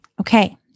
Okay